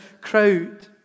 crowd